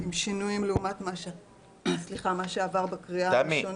וכלל שינויים לעומת מה שעבר בקריאה הראשונה.